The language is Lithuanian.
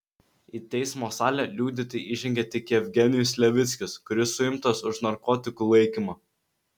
į teismo salę liudyti įžengė tik jevgenijus levickis kuris suimtas už narkotikų laikymą